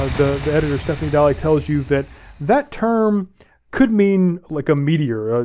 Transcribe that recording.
ah the the editor stephanie dalley tells you that that term could mean like a meteor,